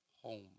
home